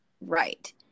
Right